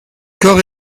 corps